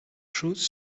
chose